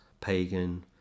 pagan